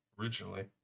originally